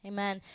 Amen